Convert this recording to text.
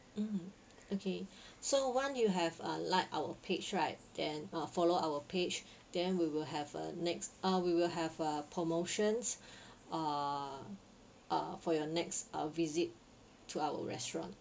mm okay so once you have uh like our page right then uh follow our page then we will have a next uh we will have a promotions uh uh for your next uh visit to our restaurant